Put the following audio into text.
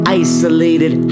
isolated